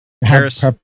Paris